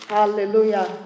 Hallelujah